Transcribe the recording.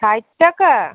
ষাট টাকা